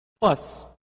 Plus